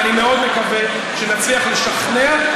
ואני מאוד מקווה שנצליח לשכנע,